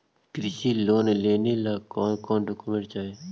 कृषि लोन लेने ला कोन कोन डोकोमेंट चाही?